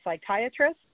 psychiatrist